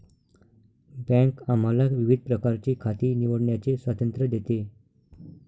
bank आम्हाला विविध प्रकारची खाती निवडण्याचे स्वातंत्र्य देते